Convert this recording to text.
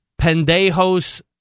Pendejos